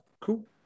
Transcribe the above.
Cool